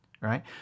right